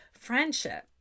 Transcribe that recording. Friendship